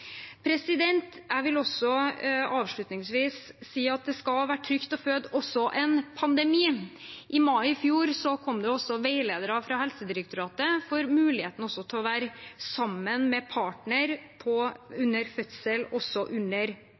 skal være trygt å føde også under en pandemi. I mai i fjor kom det veiledere fra Helsedirektoratet om muligheten til å være sammen med partneren under fødsel også under